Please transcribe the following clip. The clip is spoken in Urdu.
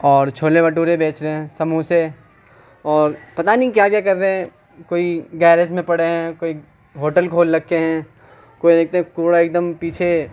اور چھولے بھٹورے بیچ رہے ہیں سموسے اور پتہ نہیں کیا کیا کر رہے ہیں کوئی گیرج میں پڑے ہیں کوئی ہوٹل رکھے ہیں کوئی کوڑا ایک دم پیچھے